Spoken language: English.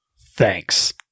Thanks